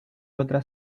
otra